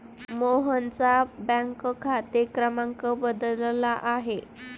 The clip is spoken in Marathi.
मोहनचा बँक खाते क्रमांक बदलला आहे